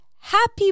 Happy